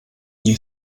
nie